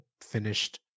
finished